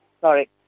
sorry